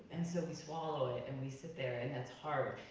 and so we swallow it, and we sit there, and that's hard.